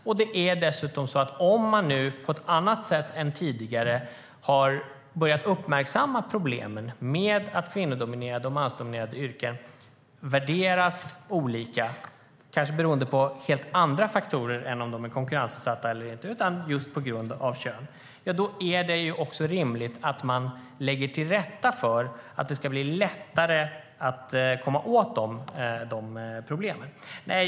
Om det nu dessutom, på ett annat sätt än tidigare, har börjat uppmärksammas att problemen med att kvinnodominerade och mansdominerade yrken värderas olika - kanske beroende på helt andra faktorer än om de är konkurrensutsatta eller inte, utan just på grund av kön - är det också rimligt att man underlättar för att komma åt de problemen.